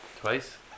Twice